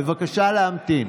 בבקשה להמתין.